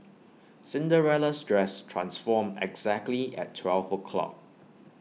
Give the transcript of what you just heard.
Cinderella's dress transformed exactly at twelve o' clock